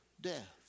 death